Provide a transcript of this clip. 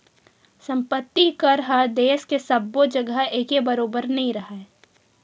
संपत्ति कर ह देस के सब्बो जघा एके बरोबर नइ राहय